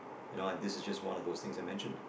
you know and this is just one of those things I mentioned